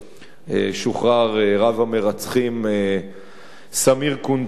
שוחרר רב-המרצחים סמיר קונטאר.